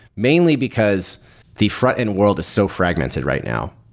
mainly because the frontend world is so fragmented right now.